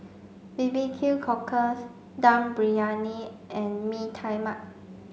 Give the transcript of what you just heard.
B B Q cockles Dum Briyani and Mee Tai Mak